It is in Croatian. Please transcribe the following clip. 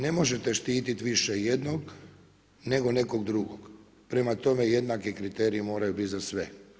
Ne možete štititi više jednog, nego nekog drugog, prema tome jednaki kriteriji moraju biti za sve.